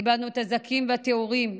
איבדנו את הזכים והטהורים,